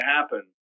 happen